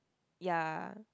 ya